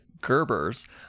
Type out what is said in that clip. Gerber's